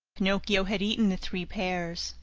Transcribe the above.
pinocchio had eaten the three pears,